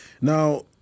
now